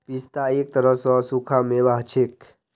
पिस्ता एक तरह स सूखा मेवा हछेक